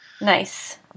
Nice